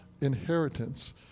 inheritance